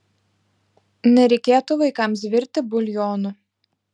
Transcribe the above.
nereikėtų vaikams virti buljonų